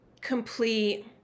complete